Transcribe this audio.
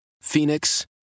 Phoenix